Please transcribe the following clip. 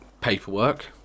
paperwork